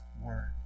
word